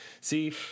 See